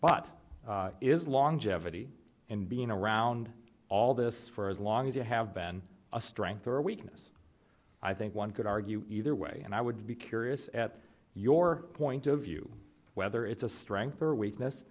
but is longevity and being around all this for as long as you have been a strength or weakness i think one could argue either way and i would be curious at your point of view whether it's a strength or weakness